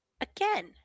Again